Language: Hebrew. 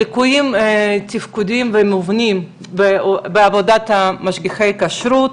ליקויים תפקודיים ומובנים בעבודת משגיחי הכשרות,